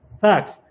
facts